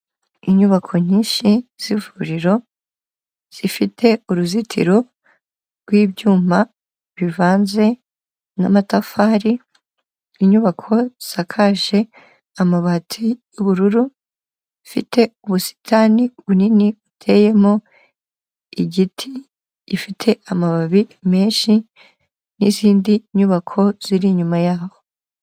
Inyubako nyinshi z'ivuriro zifite uruzitiro rw'ibyuma bivanze n'amatafari, inyubako zisakaje amabati y'ubururu, zifite ubusitani bunini buteyemo igiti gifite amababi menshi n'izindi nyubako ziri inyuma yaho.